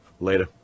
Later